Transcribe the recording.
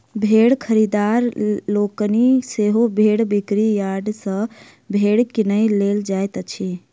भेंड़ खरीददार लोकनि सेहो भेंड़ बिक्री यार्ड सॅ भेंड़ किनय लेल जाइत छथि